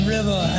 River